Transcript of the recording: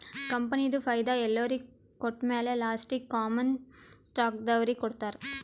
ಕಂಪನಿದು ಫೈದಾ ಎಲ್ಲೊರಿಗ್ ಕೊಟ್ಟಮ್ಯಾಲ ಲಾಸ್ಟೀಗಿ ಕಾಮನ್ ಸ್ಟಾಕ್ದವ್ರಿಗ್ ಕೊಡ್ತಾರ್